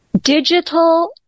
digital